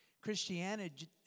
Christianity